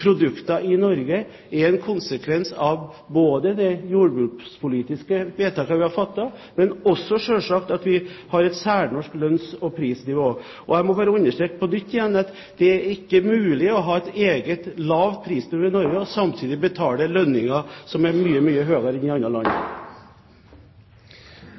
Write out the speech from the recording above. produkter i Norge, er en konsekvens av både de jordbrukspolitiske vedtakene vi har fattet, og selvsagt også av at vi har et særnorsk lønns- og prisnivå. Jeg må bare understreke igjen at det er ikke mulig å ha et eget lavt prisnivå i Norge og samtidig betale lønninger som er mye høyere enn i andre land.